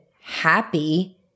happy